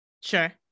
Sure